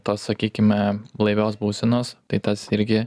tos sakykime blaivios būsenos tai tas irgi